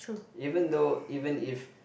even though even if